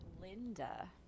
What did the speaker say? Linda